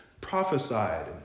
prophesied